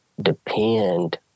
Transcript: depend